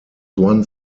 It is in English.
one